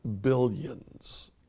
billions